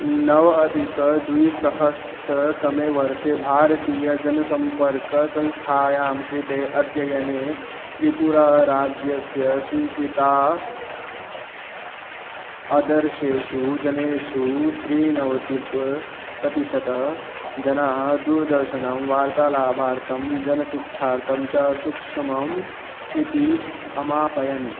नव अधिकद्विसहस्रतमे वर्षे भारतीयजनसम्पर्कसंस्थायां कृते अध्ययने त्रिपुराराज्यस्य स्वीकृता आदर्शेषु जनेषु त्रिनवतिः प्रतिशतं जनाः दूरदर्शनं वार्तालाभार्थं जनशिक्षार्थं च सुक्षमम् इति अमापयन्